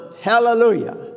Hallelujah